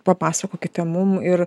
papasakokite mum ir